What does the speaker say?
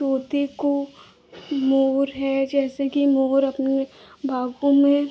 तोते को मोर है जैसे कि मोर अपने बागों में